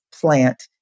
plant